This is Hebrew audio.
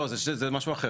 לא, זה משהו אחר.